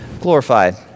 glorified